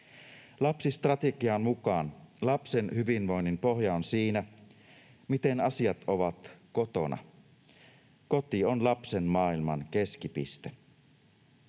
Lapsistrategian mukaan lapsen hyvinvoinnin pohja on siinä, miten asiat ovat kotona. Koti on lapsen maailman keskipiste.